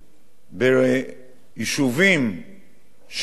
ביישובים שלהם,